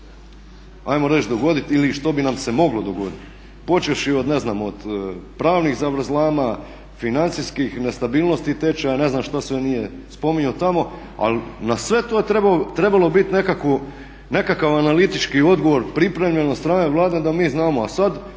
ajmo reći dogoditi ili što bi nam se moglo dogoditi počevši od ne znam pravnih zavrzlama, financijskih nestabilnosti tečaja, ne znam što sve nije spominjao tamo ali na sve to je trebalo biti nekakav analitički odgovor pripremljen od strane Vlade da mi znamo. A sada